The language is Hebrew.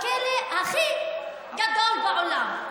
בכלא הכי גדול בעולם,